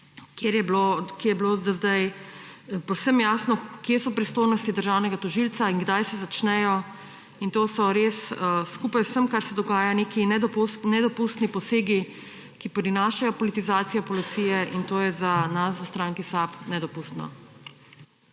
ko je bilo do zdaj povsem jasno, kje so pristojnosti državnega tožilca in kdaj se začnejo. To so res skupaj z vsem, kar se dogaja, neki nedopustni posegi, ki prinašajo politizacijo policije, in to je za nas v stranki SAB nedopustno.